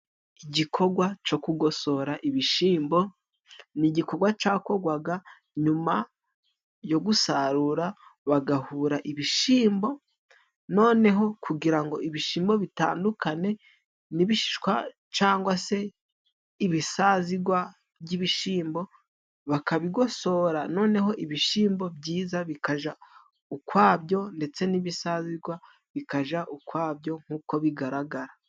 Igikorwa co kugosora ibishyimbo ni igikorwa cakorwaga nyuma yo gusarura bagahura ibishimbo noneho kugira ngo ibishimo bitandukane n'ibishishwa cyangwag se ibisazigwa by'ibishimbo bakabigosora noneho ibishyimbo byiza bikaja ukwabyo ndetse n'ibisagwa bikaja ukwabyo nk'uko bigaragara.